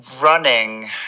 running